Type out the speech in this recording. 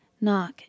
knock